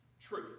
Truth